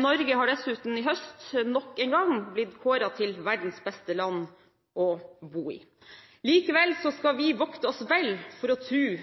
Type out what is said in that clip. Norge har dessuten i høst nok en gang blitt kåret til verdens beste land å bo i. Likevel skal vi vokte oss vel for å tro